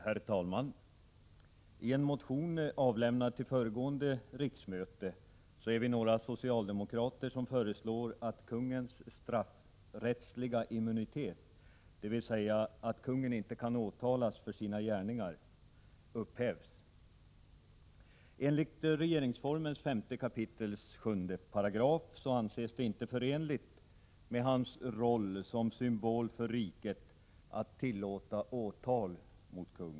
Herr talman! I en motion avlämnad till föregående riksmöte är vi några socialdemokrater som föreslår att konungens straffrättsliga immunitet — dvs. att konungen inte kan åtalas för sina gärningar — upphävs. Enligt 5 kap. 7 § regeringsformen anses det inte förenligt med konungens roll som symbol för riket att tillåta åtal mot honom.